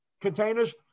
containers